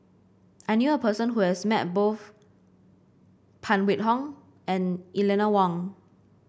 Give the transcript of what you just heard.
I knew a person who has met both Phan Wait Hong and Eleanor Wong